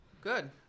good